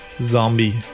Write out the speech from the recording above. ...zombie